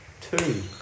Two